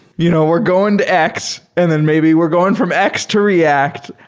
you know we're going to x. and then maybe we're going from x to react.